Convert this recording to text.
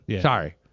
Sorry